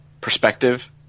perspective